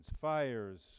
fires